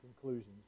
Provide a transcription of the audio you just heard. conclusions